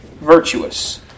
Virtuous